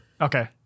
Okay